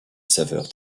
saveur